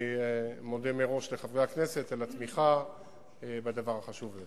אני מודה מראש לחברי הכנסת על התמיכה בדבר החשוב הזה.